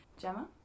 Gemma